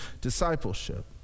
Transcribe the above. discipleship